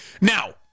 Now